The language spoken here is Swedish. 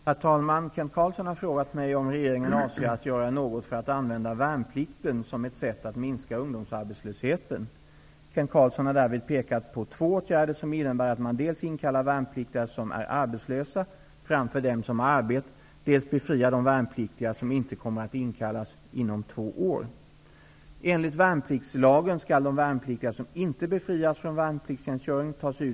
Herr talman! Kent Carlsson har frågat mig om regeringen avser att göra något för att använda värnplikten som ett sätt att minska ungdomsarbetslösheten. Kent Carlsson har därvid pekat på två åtgärder som innebär att man dels inkallar värnpliktiga som är arbetslösa framför dem som har arbete, dels befriar de värnpliktiga som inte kommer att inkallas inom två år.